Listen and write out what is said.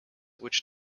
which